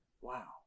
Wow